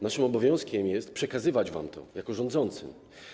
Naszym obowiązkiem jest przekazywać to wam jako rządzącym.